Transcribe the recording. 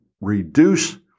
reduce